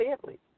families